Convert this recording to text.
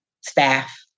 staff